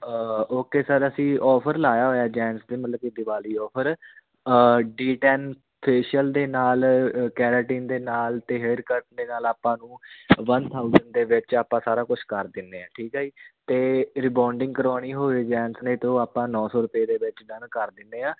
okay sir ਅਸੀਂ offer ਲਾਇਆ ਹੋਇਆ ਜੈਂਟਸ ਦੇ ਮਤਲਬ ਕਿ Diwali offer D tan facial ਦੇ ਨਾਲ ਕੈਰਾਟੀਨ ਦੇ ਨਾਲ ਅਤੇ ਹੇਅਰ ਕੱਟ ਦੇ ਨਾਲ ਆਪਾਂ ਨੂੰ ਵਨ ਥਾਊਜੈਂਟ ਦੇ ਵਿੱਚ ਆਪਾਂ ਸਾਰਾ ਕੁਛ ਕਰ ਦਿੰਦੇ ਹਾਂ ਠੀਕ ਹੈ ਜੀ ਅਤੇ ਰਿਬੋਨਡਿੰਗ ਕਰਾਉਣੀ ਹੋਵੇ ਜੈਂਟਸ ਨੇ ਤਾਂ ਆਪਾਂ ਨੌਂ ਸੌ ਰੁਪਏ ਦੇ ਵਿੱਚ ਡਨ ਕਰ ਦਿੰਦੇ ਹਾਂ